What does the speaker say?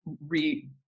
re